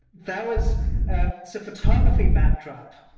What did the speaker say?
that was a so photography backdrop.